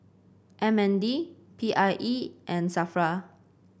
M N D P I E and Safra